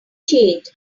changed